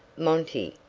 monty,